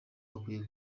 bakwiye